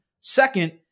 Second